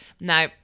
Now